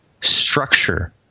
structure